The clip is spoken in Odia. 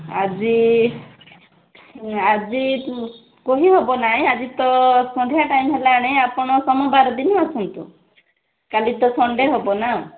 ଆଜି ଆଜି କହିହେବ ନାହିଁ ଆଜି ତ ସନ୍ଧ୍ୟା ଟାଇମ୍ ହେଲାଣି ଆପଣ ସୋମବାର ଦିନ ଆସନ୍ତୁ କାଲି ତ ସନଡ଼େ ହେବ ନାଁ